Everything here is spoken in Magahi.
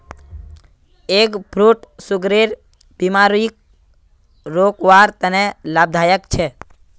एग फ्रूट सुगरेर बिमारीक रोकवार तने लाभदायक छे